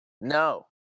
no